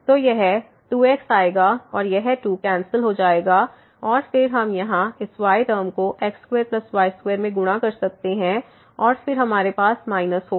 तो यह 2 x आएगा और यह 2 कैंसिल हो जाएगा और फिर हम यहां इस y टर्म को x2y2 में गुणा कर सकते हैं और फिर हमारे पास माइनस होगा